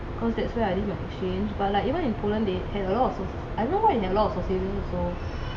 cause that's where I did my exchange but like even in poland they sausage I don't know why they have a lot of sausages also